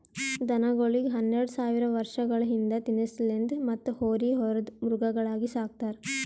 ದನಗೋಳಿಗ್ ಹನ್ನೆರಡ ಸಾವಿರ್ ವರ್ಷಗಳ ಹಿಂದ ತಿನಸಲೆಂದ್ ಮತ್ತ್ ಹೋರಿ ಹೊರದ್ ಮೃಗಗಳಾಗಿ ಸಕ್ತಾರ್